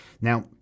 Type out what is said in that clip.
now